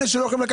מחוללי התחרות,